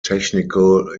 technical